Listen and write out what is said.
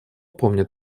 помнят